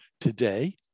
today